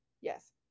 Yes